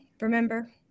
remember